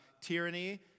tyranny